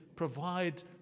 provide